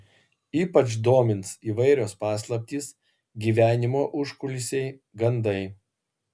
ypač domins įvairios paslaptys gyvenimo užkulisiai gandai